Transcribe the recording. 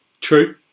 True